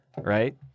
Right